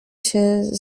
się